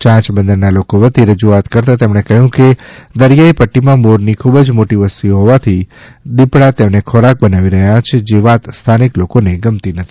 યાંચ બંદર નાં લોકો વતી રજૂઆત કરતાં તેમણે કહ્યું છે કે દરિયાઈ પટ્ટી માં મોર ની ખૂબ મોટી વસ્તી હોવાથી દીપડા તેને ખોરાક બનાવી રહ્યા છે જે વાત સ્થાનિક લોકો ને ગમતી નથી